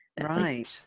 Right